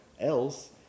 else